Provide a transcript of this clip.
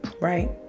Right